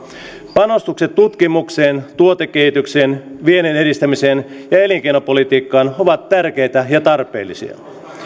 panostukset tutkimukseen tuotekehitykseen viennin edistämiseen ja elinkeinopolitiikkaan ovat tärkeitä ja tarpeellisia